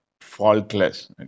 faultless